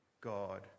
God